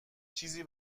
چیزی